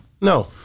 No